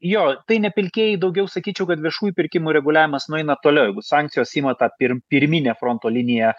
jo tai nepilkieji daugiau sakyčiau kad viešųjų pirkimų reguliavimas nueina toliau jeigu sankcijos ima tą pirm pirminę fronto liniją